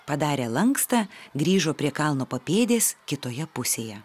padarė lankstą grįžo prie kalno papėdės kitoje pusėje